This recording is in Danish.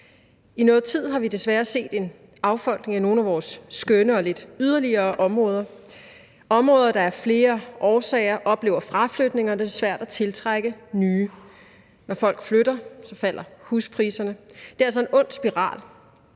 I nogen tid har vi desværre set en affolkning af nogle af vores skønne og lidt yderligt liggende områder, områder, der af flere årsager oplever fraflytning, og hvor det er svært at tiltrække nye borgere. Når folk flytter, falder huspriserne. Det er altså en ond spiral,